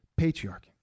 patriarchy